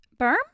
Berm